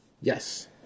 Yes